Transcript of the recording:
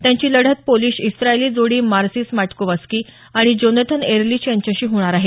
त्यांची लढत पोलीश इस्त्रायली जोडी मारसीन मॅटकोवस्की आणि जोनेथन एरलीच यांच्याशी होणार आहे